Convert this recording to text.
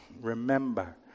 Remember